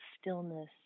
stillness